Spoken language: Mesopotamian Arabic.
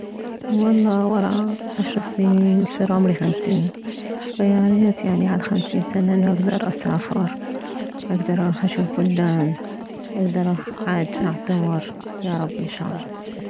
والله وره عشر سنين يصير عمري خمسين فياريت يعني عالخمسين سنة انه اكدر اسافر اكدر اروح اشوف بلدان اكدر اروح احج اعتمر ياربي ان شالله